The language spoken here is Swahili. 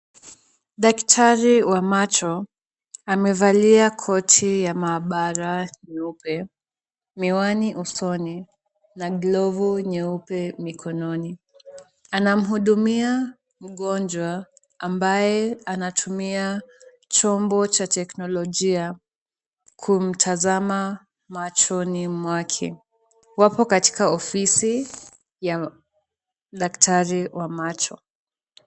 Daktari wa macho, amevalia koti ya maabara nyeupe, miwani usoni, na glovu nyeupe mikononi. Anamhudumia mgonjwa ambaye anatumia chombo cha teknolojia kumtazama machoni mwake. Wapo katika ofisi ya daktari wa macho.